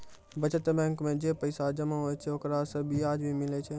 बचत बैंक मे जे पैसा जमा होय छै ओकरा से बियाज भी मिलै छै